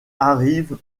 arrive